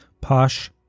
Posh